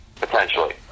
potentially